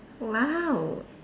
!wow!